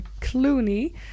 clooney